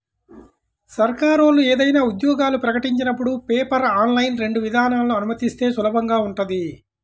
సర్కారోళ్ళు ఏదైనా ఉద్యోగాలు ప్రకటించినపుడు పేపర్, ఆన్లైన్ రెండు విధానాలనూ అనుమతిస్తే సులభంగా ఉంటది